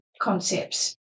concepts